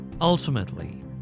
Ultimately